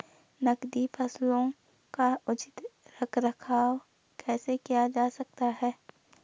नकदी फसलों का उचित रख रखाव कैसे किया जा सकता है?